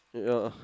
yeah